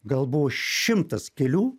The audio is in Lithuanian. gal buvo šimtas kelių